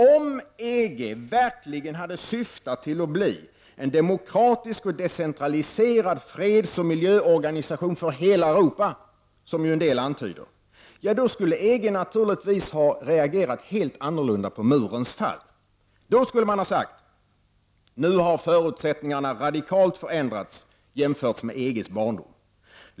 Om EG hade syftat till att bli en demokratisk och decentraliserad freds och miljöorganisation för hela Europa, som ju en del antyder, skulle EG naturligtvis ha reagerat helt annorlunda på murens fall. Då skulle man ha sagt: Nu har förutsättningarna radikalt förändrats jämfört med hur det var i EGs barndom.